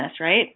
right